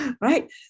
right